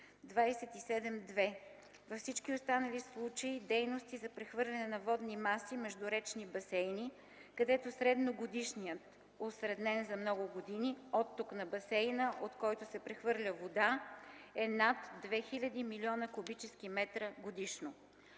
27.2. Във всички останали случаи дейности за прехвърляне на водни маси между речни басейни, където средногодишният (осреднено за много години) отток на басейна, от който се прехвърля вода, е над 2000 млн. куб. м годишно.